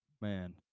man